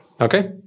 Okay